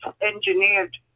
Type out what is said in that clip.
engineered